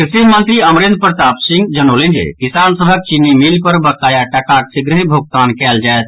कृषि मंत्री अमरेन्द्र प्रताप सिंह जनौलनि जे किसान सभक चीनी मिल पर बकाया टाकाक शीघ्रहि भोगतान कयल जायत